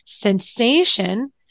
sensation